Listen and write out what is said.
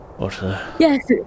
Yes